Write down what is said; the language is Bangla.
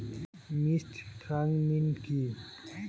মিক্সড ফার্মিং কি?